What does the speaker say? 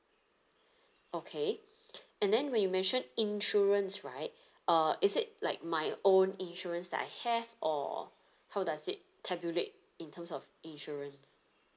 okay and then when you mentioned insurance right uh is it like my own insurance that I have or how does it tabulate in terms of insurance